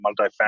multifamily